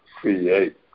create